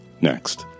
Next